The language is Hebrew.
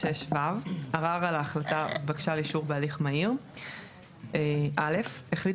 ערר על החלטה בבקשה לאישור בהליך מהיר 26ו. (א)החליט